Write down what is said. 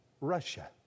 Russia